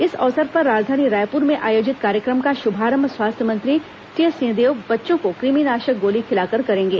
इस अवसर पर राजधानी रायपुर में आयोजित कार्यक्रम का शुभारंभ स्वास्थ्य मंत्री टीएस सिंहदेव बच्चों को कुमिनाशक गोली खिलाकर करेंगे